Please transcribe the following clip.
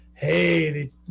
hey